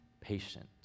patient